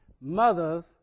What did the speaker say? mothers